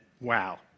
wow